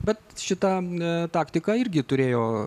bet šitą taktiką irgi turėjo